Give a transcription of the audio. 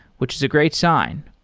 which is a great sign,